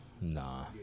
Nah